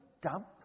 dump